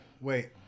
Wait